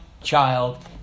child